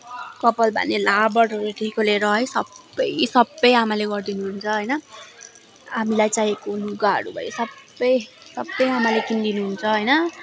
कपाल बान्ने लाबरहरूदेखिको लिएर है सबै सबै आमाले गरिदिनुहुन्छ होइन हामीलाई चाहिएको लुगाहरू भयो सबै सबै आमाले किनिदिनु हुन्छ होइन